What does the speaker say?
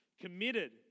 committed